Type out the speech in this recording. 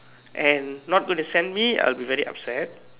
and not going to send me I will be very upset